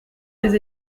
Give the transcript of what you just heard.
les